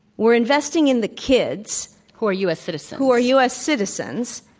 we're investing in the kids who are u. s. citizens. who are u. s. citizens.